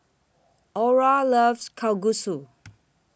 Orra loves Kalguksu